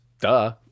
Duh